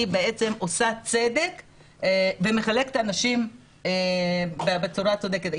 והיא עושה צדק ומחלקת את האנשים בצורה צודקת.